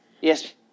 Yes